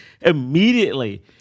immediately